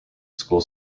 school